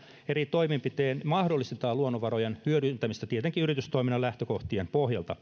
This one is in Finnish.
eri toimenpitein mahdollistetaan luonnonvarojen hyödyntämistä tietenkin yritystoiminnan lähtökohtien pohjalta